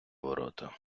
ворота